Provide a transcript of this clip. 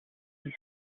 ils